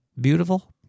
Beautiful